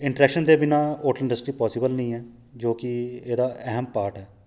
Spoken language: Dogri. इंट्रैक्शन दे बिना होटल इंडस्ट्री पासिबल नेईं ऐ जो कि एह्दा अहम पार्ट ऐ